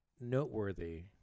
noteworthy